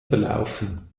verlaufen